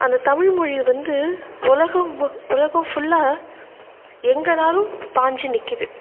அந்த தமிழ்மொழியை வந்து உலகம் புக் உலகம் ஃபுல்லாக எங்கேனாலும் பாய்ஞ்சி நிற்கிது